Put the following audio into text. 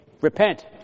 Repent